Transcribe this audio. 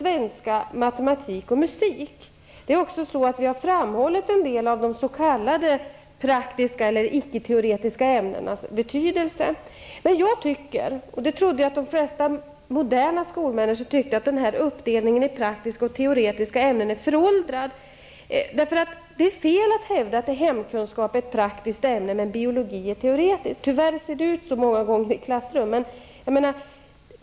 Vi har också framhållit en del av de s.k. praktiska eller icketeoretiska ämnenas betydelse. Jag tror att de flesta moderna skolmänniskor tycker att uppdelningen i praktiska och teoretiska ämnen är föråldrad. Det är fel att hävda att hemkunskap är ett praktiskt ämne men biologi ett teoretiskt. Men tyvärr ser det många gånger ut så i klassrummen.